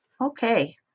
Okay